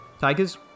tigers